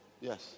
Yes